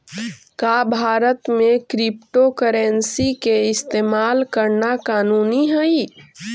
का भारत में क्रिप्टोकरेंसी के इस्तेमाल करना कानूनी हई?